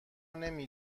نمی